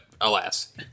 alas